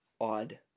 odd